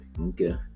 Okay